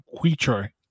creature